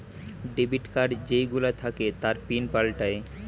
debit card যেই গুলো থাকে তার পিন পাল্টায়ে